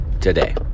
today